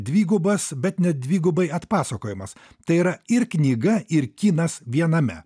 dvigubas bet ne dvigubai atpasakojimas tai yra ir knyga ir kinas viename